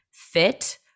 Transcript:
fit